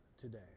today